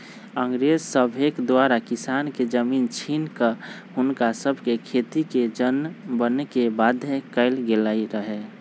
अंग्रेज सभके द्वारा किसान के जमीन छीन कऽ हुनका सभके खेतिके जन बने के बाध्य कएल गेल रहै